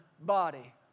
body